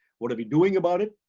what are we doing about it?